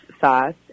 sauce